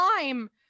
time